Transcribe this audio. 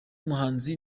muhanzi